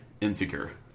insecure